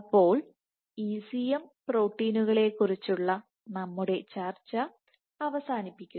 അപ്പോൾ ECM പ്രോട്ടീനുകളെക്കുറിച്ചുള്ള നമ്മുടെ ചർച്ച അവസാനിപ്പിക്കുന്നു